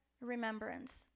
remembrance